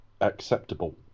acceptable